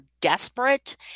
desperate